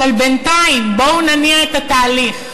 אבל בינתיים בואו נניע את התהליך.